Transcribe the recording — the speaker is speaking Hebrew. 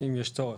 אם יש צורך.